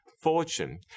Fortune